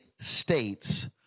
states